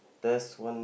test one